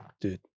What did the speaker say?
Dude